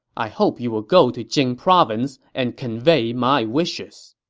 i hope you will go to jing province and convey my wishes.